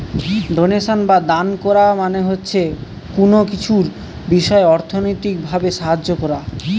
donation বা দান কোরা মানে হচ্ছে কুনো কিছুর বিষয় অর্থনৈতিক ভাবে সাহায্য কোরা